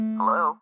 Hello